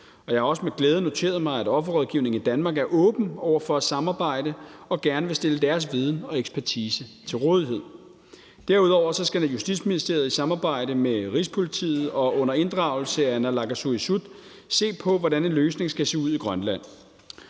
Jeg har også med glæde noteret mig, at offerrådgivningen i Danmark er åben over for at samarbejde og gerne vil stille deres viden og ekspertise til rådighed. Derudover skal Justitsministeriet i samarbejde med Rigspolitiet og under inddragelse af naalakkersuisut se på, hvordan en løsning skal se ud i Grønland.